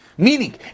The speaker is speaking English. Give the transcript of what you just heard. Meaning